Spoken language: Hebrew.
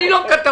אני לא קטונתי.